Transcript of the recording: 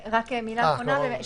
רק מילה אחרונה.